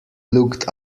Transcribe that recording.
looked